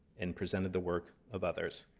and presented the work of others.